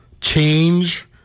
change